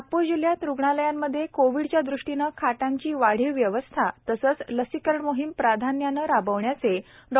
नागपूर जिल्ह्यात रुग्णालयांमध्ये कोविडच्या दृष्टीने खाटांची वाढीव व्यवस्था तसेच लसीकरण मोहीम प्राधान्यानं राबविण्याचे डॉ